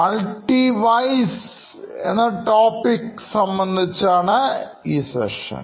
multi vice എന്ന topic സംബന്ധിച്ചാണ് ഈ സെഷൻ